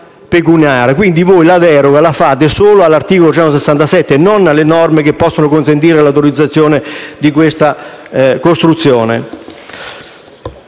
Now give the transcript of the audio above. Quindi voi la deroga la fate solo all'articolo 167 e non alle norme che possono consentire l'autorizzazione di questa costruzione.